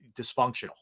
dysfunctional